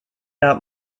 out